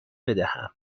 بدهم